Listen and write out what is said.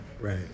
Right